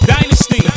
Dynasty